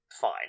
fine